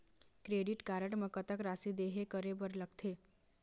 Credit card म कतक राशि देहे करे बर लगथे?